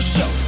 Show